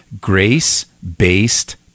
Grace-Based